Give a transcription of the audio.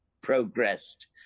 progressed